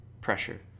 pressure